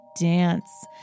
dance